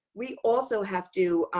we also have to,